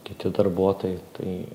kiti darbuotojai tai